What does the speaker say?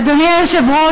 אדוני היושב-ראש,